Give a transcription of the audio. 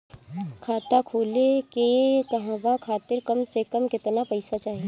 खाता खोले के कहवा खातिर कम से कम केतना पइसा चाहीं?